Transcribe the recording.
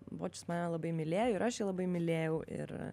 bocis mane labai mylėjo ir aš jį labai mylėjau ir